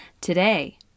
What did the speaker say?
today